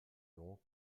donc